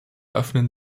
öffnen